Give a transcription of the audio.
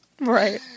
Right